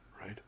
right